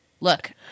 look